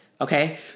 Okay